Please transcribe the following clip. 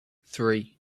three